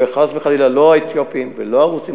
וחס וחלילה לא האתיופים ולא הרוסים,